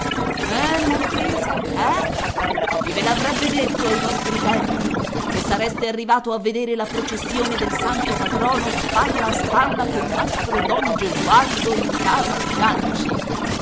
eh marchese eh chi ve l'avrebbe detto ai vostri tempi che sareste arrivato a vedere la processione del santo patrono spalla a spalla con mastro don gesualdo in casa sganci